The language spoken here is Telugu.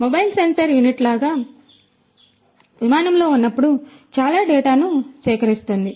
ఇది మొబైల్ సెన్సార్ యూనిట్ లాగా ఉంటుంది ఇది విమానంలో ఉన్నప్పుడు చాలా డేటాను సేకరిస్తుంది